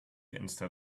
instead